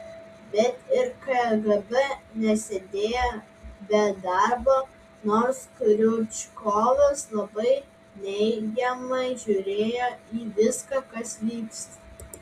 bet ir kgb nesėdėjo be darbo nors kriučkovas labai neigiamai žiūrėjo į viską kas vyksta